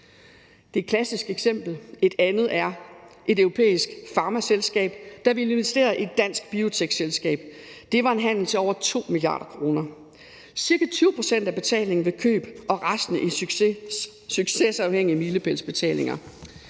Det er et klassisk eksempel. Et andet er et europæisk farmaselskab, der vil investere i et dansk biotekselskab. Det var en handel til over 2 mia. kr. – ca. 20 pct. af betalingen ved køb og resten ved succesafhængige milepælsbetalinger.